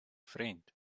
friend